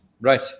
Right